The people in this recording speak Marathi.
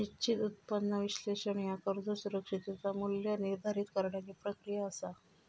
निश्चित उत्पन्न विश्लेषण ह्या कर्ज सुरक्षिततेचा मू्ल्य निर्धारित करण्याची प्रक्रिया असा